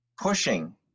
pushing